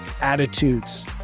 attitudes